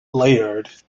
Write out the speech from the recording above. laird